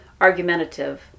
argumentative